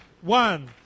one